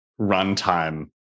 runtime